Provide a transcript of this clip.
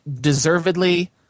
deservedly